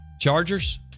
Chargers